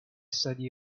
study